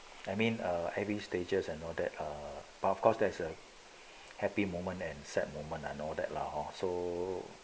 I mean err having stages and all that err but of course there's a happy moment and sad moment and all that lah hor so